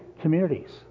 communities